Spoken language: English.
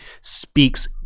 speaks